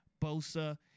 Bosa